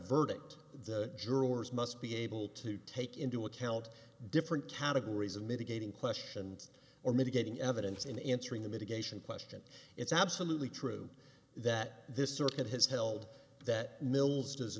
verdict the jurors must be able to take into account different categories of mitigating questions or mitigating evidence in answering the mitigation question it's absolutely true that this circuit has held that mills does